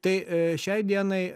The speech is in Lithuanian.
tai šiai dienai